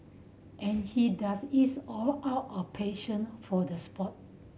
and he does it all out of passion for the sport